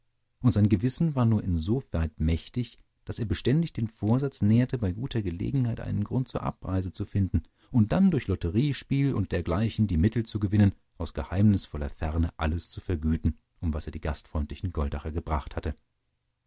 und sein gewissen war nur insoweit mächtig daß er beständig den vorsatz nährte bei guter gelegenheit einen grund zur abreise zu finden und dann durch lotteriespiel und dergleichen die mittel zu gewinnen aus geheimnisvoller ferne alles zu vergüten um was er die gastfreundlichen goldacher gebracht hatte